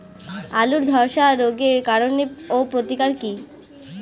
আলুর ধসা রোগের কারণ ও প্রতিকার কি?